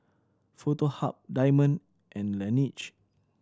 Foto Hub Diamond and Laneige